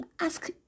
ask